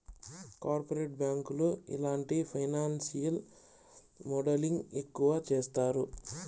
corporate బ్యాంకులు ఇలాంటి financial modelling ఎక్కువ చేత్తాయి